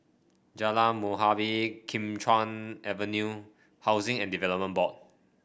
Jalan Muhibbah Kim Chuan Avenue Housing and Development Board